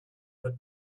but